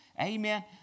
Amen